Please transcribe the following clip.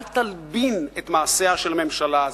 אל תלבין את מעשיה של הממשלה הזאת,